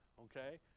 Okay